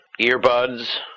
earbuds